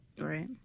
Right